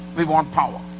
we want power.